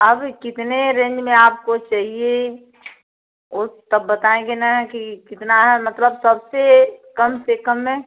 अब कितने रेंज में आपको चाहिए वह तब बताएँगे ना कि कितना है मतलब सबसे कम से कम में